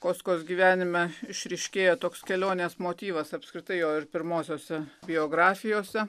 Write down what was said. kostkos gyvenime išryškėjo toks kelionės motyvas apskritai jo ir pirmosiose biografijose